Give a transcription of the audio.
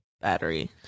battery